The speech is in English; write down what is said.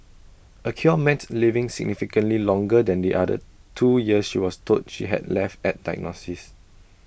A cure meant living significantly longer than the other two years she was told she had left at diagnosis